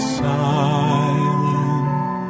silent